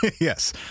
Yes